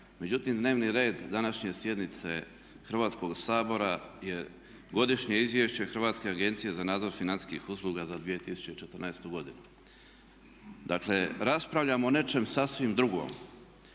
međutim dnevni red današnje sjednice Hrvatskog sabora je godišnje izvješće Hrvatske agencije za nadzor financijskih usluga za 2014.godinu. Dakle, raspravljamo o nečem sasvim drugom.